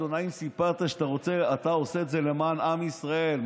עיתונאים וסיפרת שאתה עושה את זה למען עם ישראל.